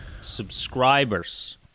subscribers